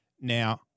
Now